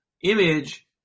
image